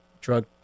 drug